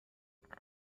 خواهند